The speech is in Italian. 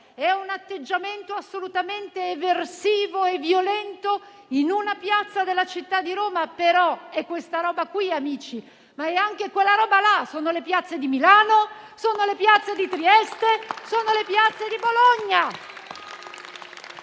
è un atteggiamento assolutamente eversivo e violento in una piazza della città di Roma, è questa roba qui, amici, ma è anche quella roba là: sono le piazze di Milano, le piazze di Trieste come le piazze di Bologna.